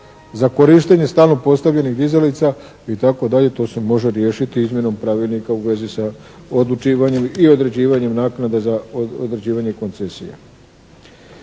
za korištenje stalno postavljenih dizalica i tako dalje to se može riješiti izmjenom pravilnika u vezi sa odlučivanjem i određivanjem naknade za određivanje koncesija.